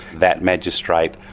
that magistrate,